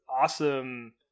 awesome